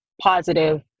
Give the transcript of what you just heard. positive